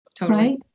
right